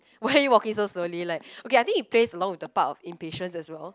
why are you walking so slowly like okay I think it plays along with the part of impatience as well